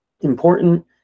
important